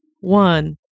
one